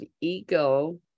ego